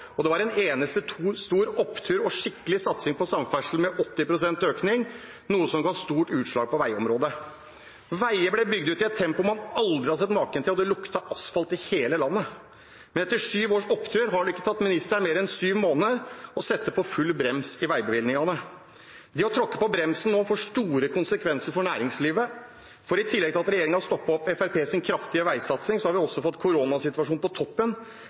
og det var en eneste stor opptur og skikkelig satsing på samferdsel, med 80 pst. økning, noe som ga stort utslag på veiområdet. Veier ble bygd ut i et tempo man aldri hadde sett maken til, og det luktet asfalt i hele landet. Men etter syv års opptur har det ikke tatt ministeren mer enn syv måneder å sette på full brems i veibevilgningene. Det å tråkke på bremsen nå får store konsekvenser for næringslivet, for i tillegg til at regjeringen stoppet opp Fremskrittspartiets kraftige veisatsing, har vi også fått koronasituasjonen på toppen.